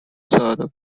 when